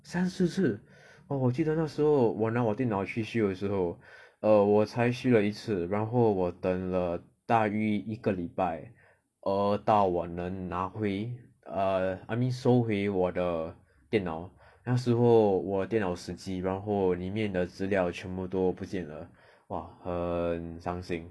三四次哇我记得那时候我拿我电脑去修的时候 err 我才修了一次然后我等了大约一个礼拜而到我能拿回 err I mean 收回我的电脑那时候我电脑死机然后里面的资料全部都不见了哇很伤心